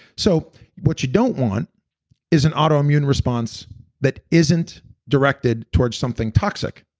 so what you don't want is an autoimmune response that isn't directed towards something toxic.